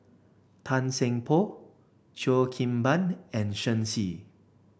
Tan Seng Poh Cheo Kim Ban and Shen Xi